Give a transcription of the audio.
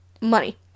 money